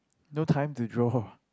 no time to draw